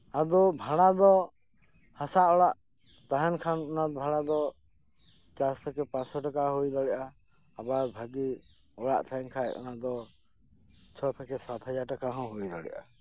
ᱟᱫᱚ ᱵᱷᱟᱲᱟ ᱫᱚ ᱦᱟᱥᱟ ᱚᱲᱟᱜ ᱛᱟᱦᱮᱱ ᱠᱷᱟᱱ ᱚᱱᱟ ᱵᱷᱟᱲᱟ ᱫᱚ ᱪᱟᱨᱥᱚ ᱛᱷᱮᱠᱮ ᱯᱟᱸᱪ ᱥᱚ ᱴᱟᱠᱟ ᱦᱚᱸ ᱦᱳᱭ ᱫᱟᱲᱮᱭᱟᱜᱼᱟ ᱟᱵᱟᱨ ᱵᱷᱟᱜᱮ ᱚᱲᱟᱜ ᱛᱟᱦᱮᱱ ᱠᱷᱟᱱ ᱫᱚ ᱪᱷᱚ ᱛᱷᱮᱠᱮ ᱥᱟᱛ ᱦᱟᱡᱟᱨ ᱴᱟᱠᱟ ᱦᱚᱸ ᱦᱳᱭ ᱫᱟᱲᱮᱭᱟᱜᱼᱟ